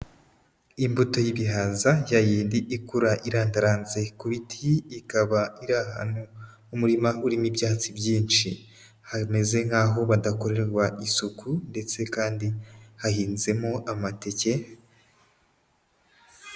Imbuto y'ibihaza yayindi ikura irandaranze ku biti ikaba iri ahantu h'umurima urimo ibyatsi byinshi hameze nk'aho hadakorerwa isuku ndetse kandi hahinzemo amateke.